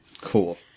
Cool